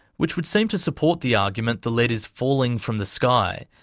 which would seem to support the argument the lead is falling from the sky,